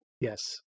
Yes